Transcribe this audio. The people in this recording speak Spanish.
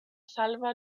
salva